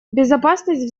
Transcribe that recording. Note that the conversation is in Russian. безопасность